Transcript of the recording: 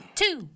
two